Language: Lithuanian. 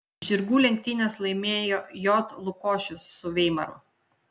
žirgų lenktynes laimėjo j lukošius su veimaru